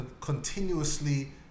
continuously